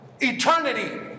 eternity